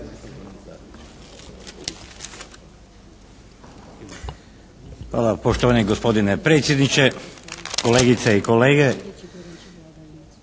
Hvala poštovani gospodine predsjedniče, kolegice i kolege.